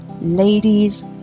ladies